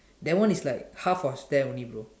that one is like half of that only bro